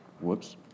whoops